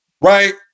right